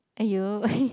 !aiyo!